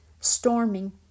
storming